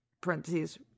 parentheses